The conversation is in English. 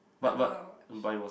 I don't want watch